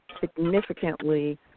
significantly